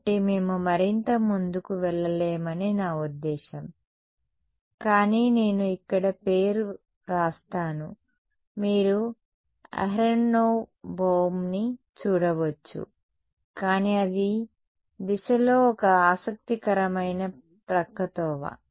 కాబట్టి మేము మరింత ముందుకు వెళ్లలేమని నా ఉద్దేశ్యం కానీ నేను ఇక్కడ పేరు వ్రాస్తాను మీరు అహరోనోవ్ బోమ్ని చూడవచ్చు కానీ అది దిశలో ఒక ఆసక్తికరమైన ప్రక్కతోవ